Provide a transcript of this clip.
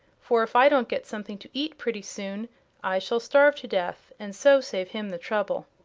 for if i don't get something to eat pretty soon i shall starve to death, and so save him the trouble.